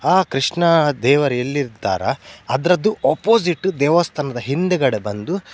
ಆ ಕೃಷ್ಣ ದೇವರು ಎಲ್ಲಿರ್ತಾರೋ ಅದರದ್ದು ಒಪೋಸಿಟ್ಟು ದೇವಸ್ಥಾನದ ಹಿಂದುಗಡೆ ಬಂದು